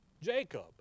Jacob